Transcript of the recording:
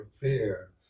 fear